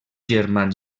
germà